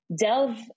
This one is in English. delve